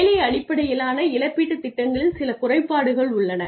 வேலை அடிப்படையிலான இழப்பீட்டுத் திட்டங்களில் சில குறைபாடுகள் உள்ளன